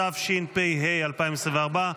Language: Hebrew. התשפ"ה 2024,